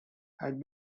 had